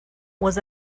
was